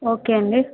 okay అండి